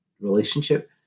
relationship